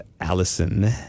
Allison